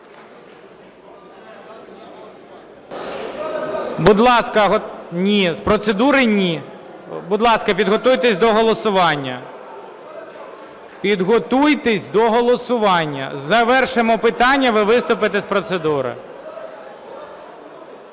голосування. Підготуйтесь до голосування. Завершимо питання - ви виступите з процедури.